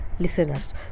listeners